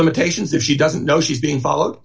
limitations if she doesn't know she's being followed